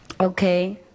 okay